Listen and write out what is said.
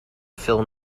fill